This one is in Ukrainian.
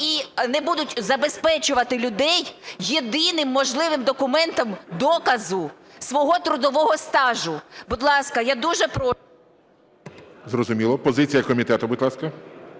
і не будуть забезпечувати людей єдиним можливим документом доказу свого трудового стажу. Будь ласка, я дуже прошу… ГОЛОВУЮЧИЙ. Зрозуміло. Позиція комітету, будь ласка.